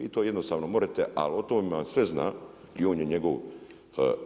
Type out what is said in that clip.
Vi to jednostavno možete ali o tome vam sve zna,